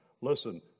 Listen